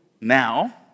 now